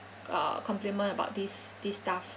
uh compliment about this this staff